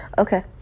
okay